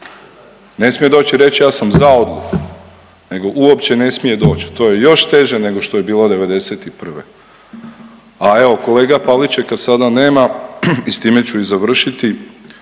ne smije doći ja sam za odluku, nego uopće ne smije doći. To je još teže nego što je bilo '91., a evo kolega Pavličeka sada nema i s time ću i završiti